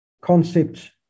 concept